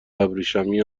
ابریشمی